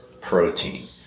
protein